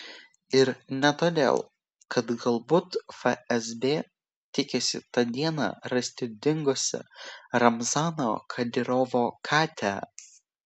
ir ne todėl kad galbūt fsb tikisi tą dieną rasti dingusią ramzano kadyrovo katę